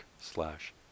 slash